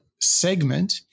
segment